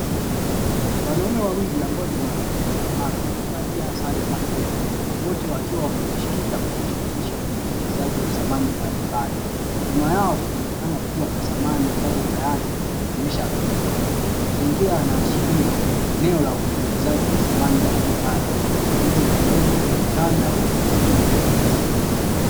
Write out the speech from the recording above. Wanaume wawili ambao ni mafundi seremala wamevalia sare za bluu, wote wakiwa wamejikita kujishughulisha na utengenezaji wa samani mbalimbali. Nyuma yao kumeonekana kuwa na samani ambazo tayari zimeshakamilika. Mazingira yanaashiria eneo la utengenezaji wa samani mbalimbali ikiwemo stuli, vitanda pamoja na meza.